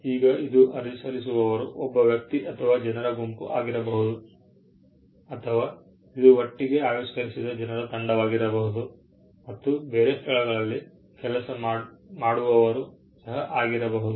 ಈಗ ಇದು ಅರ್ಜಿ ಸಲ್ಲಿಸುವವರು ಒಬ್ಬ ವ್ಯಕ್ತಿ ಅಥವಾ ಜನರ ಗುಂಪು ಆಗಿರಬಹುದು ಅಥವಾ ಇದು ಒಟ್ಟಿಗೆ ಆವಿಷ್ಕರಿಸಿದ ಜನರ ತಂಡವಾಗಿರಬಹುದು ಮತ್ತು ಬೇರೆ ಸ್ಥಳಗಳಲ್ಲಿ ಕೆಲಸ ಮಾಡುವವರು ಸಹ ಆಗಿರಬಹುದು